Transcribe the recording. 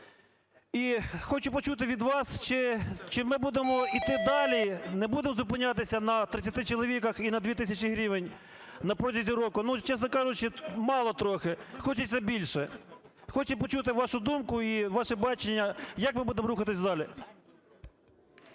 І хочу почути від вас, чи ми будемо іти далі, не будемо зупинятися на 30 чоловіках і на 2 тисячах гривень на протязі року, ну, чесно кажучи, мало трохи, хочеться більше. Хочу почути вашу думку і ваше бачення, як ми будемо рухатися далі.